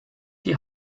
die